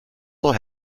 might